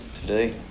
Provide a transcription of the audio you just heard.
today